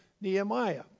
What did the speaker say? Nehemiah